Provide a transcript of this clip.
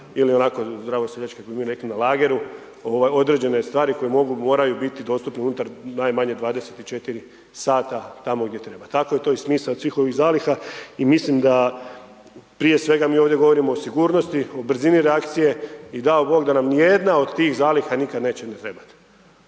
ili onako zdravo seljački kako imaju neki na lageru određene stvari koje moraju biti dostupne unutar najmanje 24h tamo gdje treba. Tako je to i smisao svih ovih zaliha i mislim da prije svega mi ovdje govorimo o sigurnosti, o brzini reakcije i dao bog da nam ni jedna od tih zaliha nikada neće ni trebati.